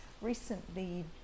Recently